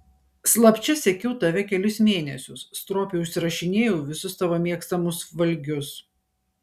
slapčia sekiau tave kelis mėnesius stropiai užsirašinėjau visus tavo mėgstamus valgius